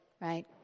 right